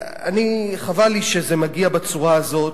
חבל לי שזה מגיע בצורה הזאת.